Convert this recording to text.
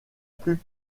plus